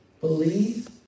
believe